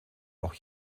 auch